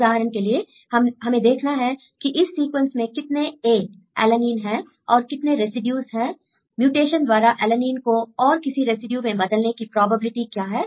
उदाहरण के लिए हमें देखना है कि इस सीक्वेंस में कितने ए एलेनीन हैं I और कितने रेसिड्यूज हैं म्यूटेशन द्वारा एलेनीन को और किसी रेसिड्यू में बदलने की प्रोबेबिलिटी क्या है